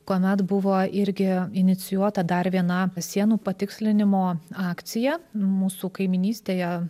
kuomet buvo irgi inicijuota dar viena sienų patikslinimo akcija mūsų kaimynystėje